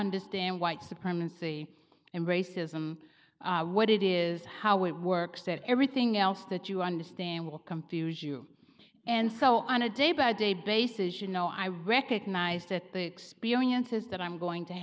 understand white supremacy and racism what it it is how it works that everything else that you understand will come to you as you and so on a day by day basis you know i recognize that the experiences that i'm going to